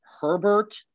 Herbert